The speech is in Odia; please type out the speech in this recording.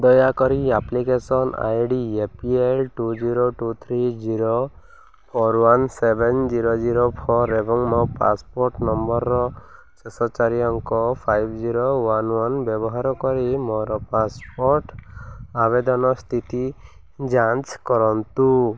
ଦୟାକରି application I D APL two zero two three zero four one seven zero zero four ଏବଂ ମୋ ପାସପୋର୍ଟ ନମ୍ବରର ଶେଷ ଚାରି ଅଙ୍କ ଫାଇଭ ଜିରୋ ୱାନ ୱାନ ବ୍ୟବହାର କରି ମୋର ପାସପୋର୍ଟ ଆବେଦନ ସ୍ଥିତି ଯାଞ୍ଚ କରନ୍ତୁ